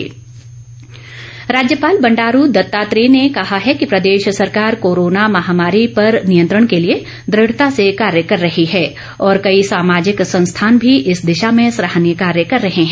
राज्यपाल राज्यपाल बंडारू दत्तात्रेय ने कहा है कि प्रदेश सरकार कोरोना महामारी पर नियंत्रण के लिए द्रढ़ता से कार्य कर रही है और कई सामाजिक संस्थान भी इस दिशा में सराहनीय कार्य कर रहे हैं